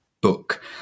book